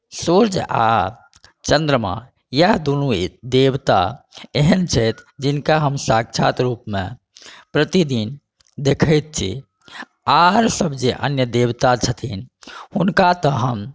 सुर्य आ चन्द्रमा इएह दुनू देवता एहन छथि जिनका हम साक्षात रुपमे प्रतिदिन देखैत छी आर सभ जे अन्य देवता छथिन हुनका तऽ हम